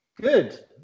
Good